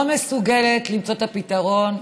לא מסוגלת למצוא את הפתרון.